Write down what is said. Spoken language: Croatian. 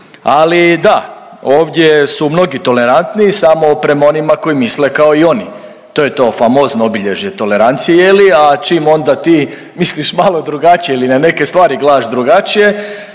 ali da ovdje su mnogi tolerantni samo prema onima koji misle kao i oni. To je to famozno obilježje tolerancije je li, a čim onda ti misliš malo drugačije ili na neke stvari gledaš drugačije,